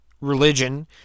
religion